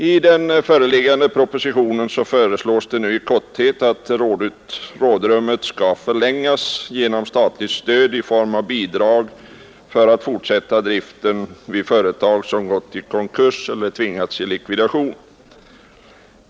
I den föreliggande propositionen föreslås i korthet att rådrummet skall förlängas genom statligt stöd i form av bidrag för att fortsätta driften vid företag som gått i konkurs eller tvingats i likvidation.